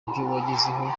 wagezeho